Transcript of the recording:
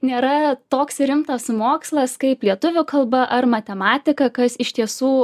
nėra toks rimtas mokslas kaip lietuvių kalba ar matematika kas iš tiesų